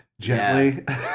gently